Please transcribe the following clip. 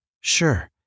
sure